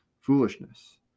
foolishness